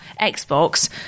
Xbox